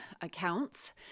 accounts